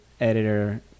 editor